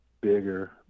bigger